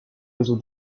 réseau